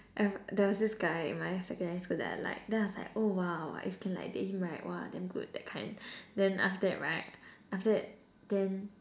I've there was this guy in my secondary school that I like then I was like oh !wow! if can like date him right !wah! damn good that kind then after that right after that then